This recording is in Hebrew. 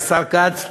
השר כץ,